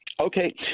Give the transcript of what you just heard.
Okay